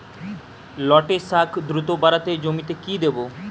লটে শাখ দ্রুত বাড়াতে জমিতে কি দেবো?